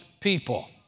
people